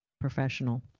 professional